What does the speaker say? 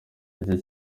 iki